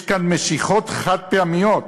יש כאן משיכות חד-פעמיות,